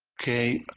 ok.